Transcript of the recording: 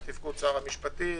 על תפקוד שר המשפטים.